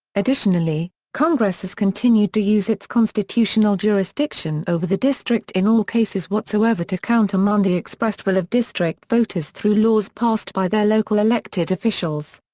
additionally, congress has continued to use its constitutional jurisdiction over the district in all cases whatsoever to countermand the expressed will of district voters through laws passed by their local elected officials.